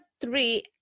three